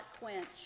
quench